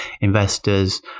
investors